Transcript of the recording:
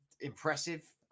Impressive